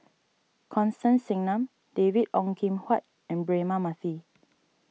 Constance Singam David Ong Kim Huat and Braema Mathi